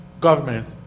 government